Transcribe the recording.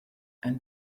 and